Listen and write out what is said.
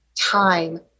time